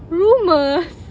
rumours